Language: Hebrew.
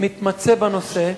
מתמצא בנושא.